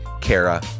Kara